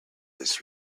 this